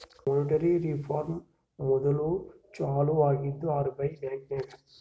monetary reform ಮೋದುಲ್ ಚಾಲೂ ಆಗಿದ್ದೆ ಆರ್.ಬಿ.ಐ ಬ್ಯಾಂಕ್ನಾಗ್